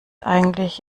eigentlich